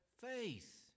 faith